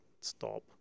stop